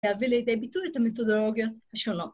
‫להביא לידי ביטוי ‫את המתודולוגיות השונות.